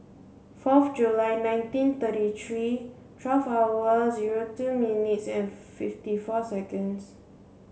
fourth July nineteen thirty three twelve hour zero two minutes and fifty four seconds